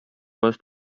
was